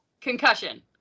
Concussion